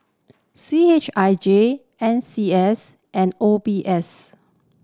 C H I J N C S and O B S